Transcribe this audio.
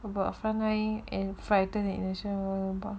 about a frontline and frighten initial 吧